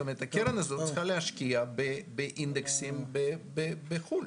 הקרן הזאת צריכה להשקיע באינדקסים בחו"ל